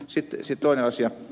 sitten toinen asia